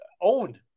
owned